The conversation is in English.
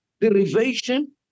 derivation